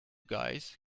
guys